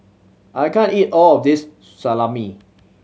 I can't eat all of this Salami